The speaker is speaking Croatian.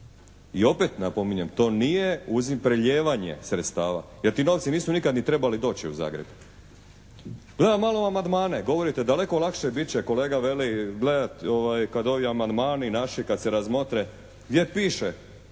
I opet napominjem, to nije prelijevanje sredstava jer ti novci nisu nikad ni trebali doći u Zagreb. Gledam malo amandmane, govorite daleko lakše bit će, kolega veli gledajte kad ovi amandmani naši kad se razmotre gdje piše